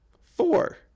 Four